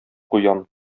куян